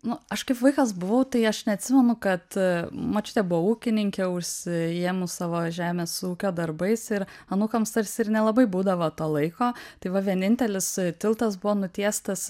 nu aš kaip vaikas buvau tai aš neatsimenu kad močiutė buvo ūkininkė užsiėmus savo žemės ūkio darbais ir anūkams tarsi ir nelabai būdavo to laiko tai va vienintelis tiltas buvo nutiestas